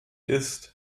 ist